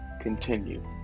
continue